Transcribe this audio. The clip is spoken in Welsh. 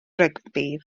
rygbi